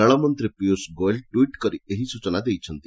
ରେଳ ମନ୍ତୀ ପିୟଷ ଗୋୟଲ୍ ଟିଟ୍ କରି ଏହି ସୂଚନା ଦେଇଛନ୍ତି